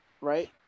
Right